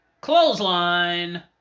Clothesline